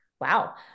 Wow